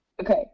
Okay